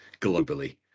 globally